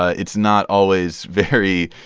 ah it's not always very,